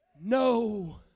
No